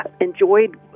enjoyed